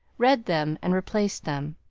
read them and replaced them.